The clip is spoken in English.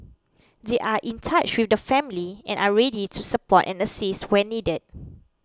they are in touch with the family and are ready to support and assist where needed